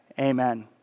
amen